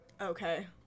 okay